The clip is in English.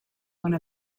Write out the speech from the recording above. one